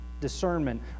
discernment